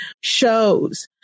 shows